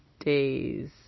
days